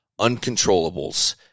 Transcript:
uncontrollables